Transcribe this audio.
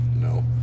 No